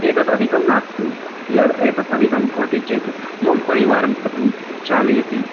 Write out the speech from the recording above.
एतत् अधिकं नास्ति यद् एतत् अधिकं भवति चेत् मम परिवारं कथं चालयति